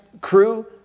crew